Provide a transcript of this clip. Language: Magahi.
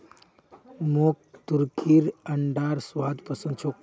मोक तुर्कीर अंडार स्वाद पसंद छोक